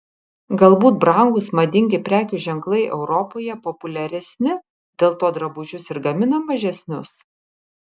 galbūt brangūs madingi prekių ženklai europoje populiaresni dėl to drabužius ir gamina mažesnius